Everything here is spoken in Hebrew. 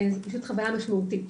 זאת חוויה משמעותית.